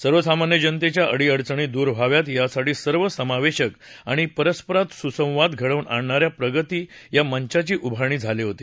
सर्वसामान्य जनतेच्या अडीअडचणी दूर व्हाव्यात यासाठी सर्वसमावेशक आणि परस्परात सुसंवाद घडवून आणणाऱ्या प्रगती या मंचाची उभारणी झाली होती